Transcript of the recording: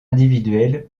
individuels